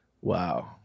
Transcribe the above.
Wow